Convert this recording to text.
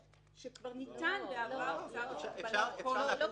שכבר ניתן בעבר צו הגבלה כלשהו,